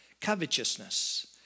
covetousness